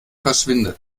verschwinde